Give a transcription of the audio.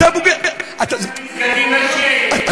בעיראק, סוריה.